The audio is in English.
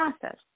process